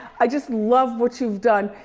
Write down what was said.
i just love what you've done.